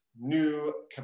new